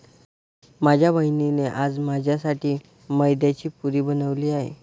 माझ्या बहिणीने आज माझ्यासाठी मैद्याची पुरी बनवली आहे